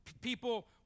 people